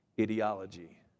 ideology